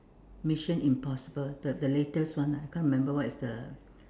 Mission Impossible the the latest one I can't remember what is the